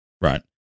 Right